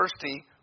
thirsty